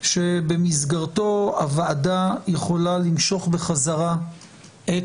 שבמסגרתו הוועדה יכולה למשוך בחזרה את